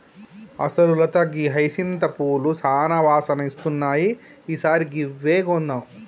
అసలు లత గీ హైసింత పూలు సానా వాసన ఇస్తున్నాయి ఈ సారి గివ్వే కొందాం